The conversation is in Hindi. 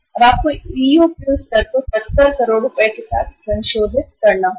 अब आपको EOQ स्तर को 70 करोड़ के साथ संशोधित करना होगा